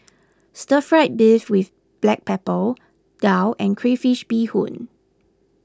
Stir Fried Beef with Black Pepper Daal and Crayfish BeeHoon